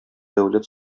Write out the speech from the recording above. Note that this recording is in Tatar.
дәүләт